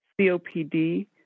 COPD